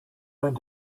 going